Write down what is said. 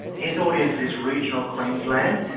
his audience is regional queensland,